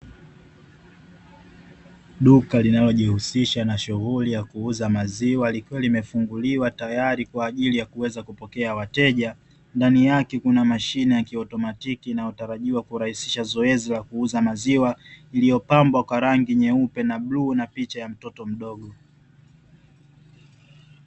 Duka linalojihusisha na shughuli ya kuuza maziwa likiwa limefunguliwa tayari kwa ajili ya kuweza kupokea wateja, ndani yake kuna mashine ya kiautomatiki inayotarajiwa kurahisisha zoezi la kuuza maziwa iliyopambwa kwa rangi nyeupe na bluu na picha ya mtoto mdogo.